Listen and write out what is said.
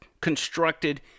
constructed